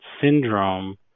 syndrome